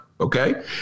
okay